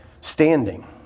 standing